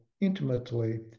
intimately